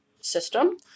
system